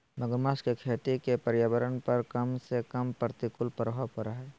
मगरमच्छ के खेती के पर्यावरण पर कम से कम प्रतिकूल प्रभाव पड़य हइ